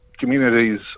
Communities